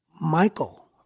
Michael